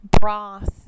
broth